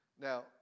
Now